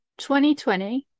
2020